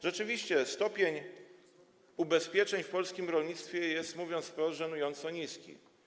Rzeczywiście odsetek ubezpieczeń w polskim rolnictwie jest, mówiąc wprost, żenująco niski.